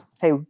Hey